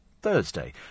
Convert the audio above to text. thursday